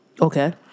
Okay